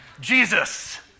Jesus